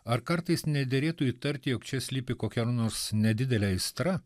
ar kartais nederėtų įtarti jog čia slypi kokia nors nedidelė aistra